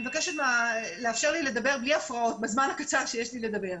אני מבקשת לאפשר לי לדבר בלי הפרעות בזמן הקצר שיש לי לדבר.